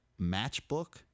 matchbook